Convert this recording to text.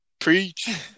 Preach